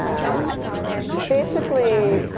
and basically,